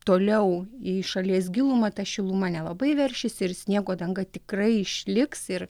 toliau į šalies gilumą ta šiluma nelabai veršis ir sniego danga tikrai išliks ir